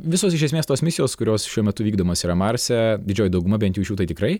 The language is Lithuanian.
visos iš esmės tos misijos kurios šiuo metu vykdomos yra marse didžioji dauguma bent jau iš jų tai tikrai